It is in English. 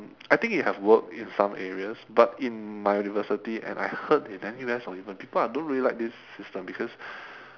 I think it have worked in some areas but in my university and I heard in N_U_S or even people are don't really like this system because